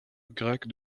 grec